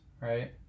right